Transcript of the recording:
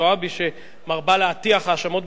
שמרבה להטיח האשמות בישראל,